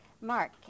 Mark